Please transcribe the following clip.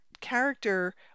character